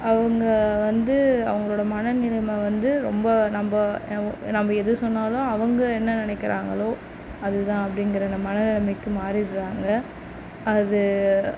அவங்க வந்து அவங்களோட மன நிலைமை வந்து ரொம்ப நம்ப நம்ம நம்ப எது சொன்னாலும் அவங்க என்ன நினைக்கிறாங்களோ அது தான் அப்படிங்கிற இந்த மன நிலமைக்கு மாறிடுறாங்க அது